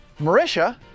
Marisha